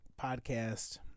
podcast